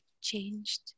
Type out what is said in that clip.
changed